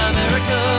America